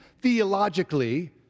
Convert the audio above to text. theologically